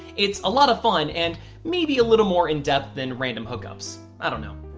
it's a lot of fun and maybe a little more in depth than random hookups. i don't know.